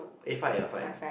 aye five ya five